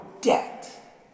debt